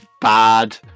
bad